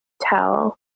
tell